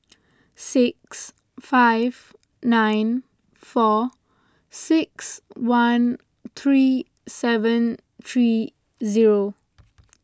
six five nine four six one three seven three zero